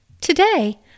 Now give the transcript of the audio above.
Today